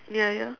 ya ya